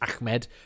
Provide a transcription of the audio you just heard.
Ahmed